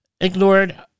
ignored